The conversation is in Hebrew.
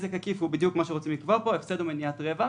"נזק עקיף" הוא בדיוק מה שרוצים לקבוע פה: הפסד או מניעת רווח.